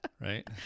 right